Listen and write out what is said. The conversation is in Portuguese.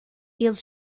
eles